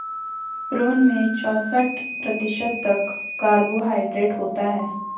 prune में चौसठ प्रतिशत तक कार्बोहायड्रेट होता है